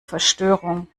verstörung